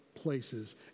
places